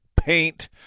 paint